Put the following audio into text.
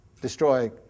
destroy